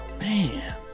Man